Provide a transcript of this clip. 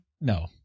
no